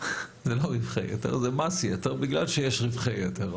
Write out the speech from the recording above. זה מס יתר בגלל שיש רווחי יתר,